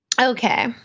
okay